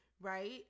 right